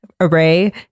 array